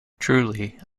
truly